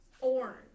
orange